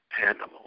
animal